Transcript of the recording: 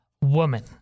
woman